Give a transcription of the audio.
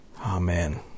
Amen